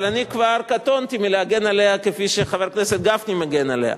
אבל אני כבר קטונתי מלהגן עליה כפי שחבר הכנסת גפני מגן עליה.